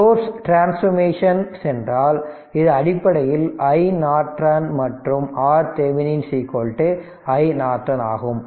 source transformation சென்றால் இது அடிப்படையில் iNorton மற்றும் இது Rதெவெனின் R நார்டன் ஆகும்